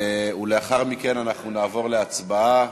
לאחר מכן נעבור להצבעה.